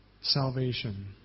Salvation